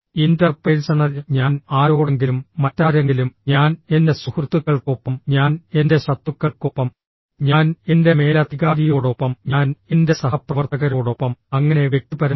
interpersonal ഞാൻ ആരോടെങ്കിലും മറ്റാരെങ്കിലും ഞാൻ എന്റെ സുഹൃത്തുക്കൾക്കൊപ്പം ഞാൻ എന്റെ ശത്രുക്കൾക്കൊപ്പം ഞാൻ എന്റെ മേലധികാരിയോടൊപ്പം ഞാൻ എന്റെ സഹപ്രവർത്തകരോടൊപ്പം അങ്ങനെ വ്യക്തിപരമായി